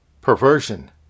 perversion